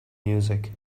music